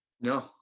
No